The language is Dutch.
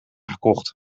gekocht